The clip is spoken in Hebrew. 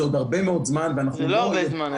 זה עוד הרבה מאוד זמן --- זה לא הרבה זמן,